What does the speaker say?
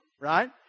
right